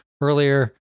earlier